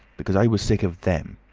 because i was sick of them.